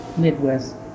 Midwest